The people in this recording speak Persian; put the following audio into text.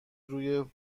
روی